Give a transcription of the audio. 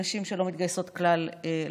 נשים שלא מתגייסות כלל לצבא.